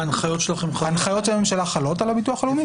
ההנחיות של הממשלה חלות על הביטוח הלאומי?